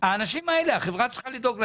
האנשים האלה, החברה צריכה לדאוג להם.